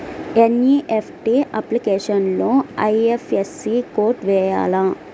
NEFT అప్లికేషన్లో IFSC code వేయాలా?